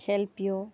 খেল প্ৰিয়